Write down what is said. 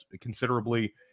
considerably